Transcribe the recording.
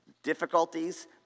Difficulties